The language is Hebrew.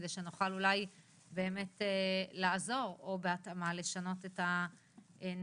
זאת כדי שנוכל אולי באמת לעזור או בהתאמה לשנות את הנהלים.